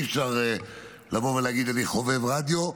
אי-אפשר לבוא ולהגיד: אני חובב רדיו,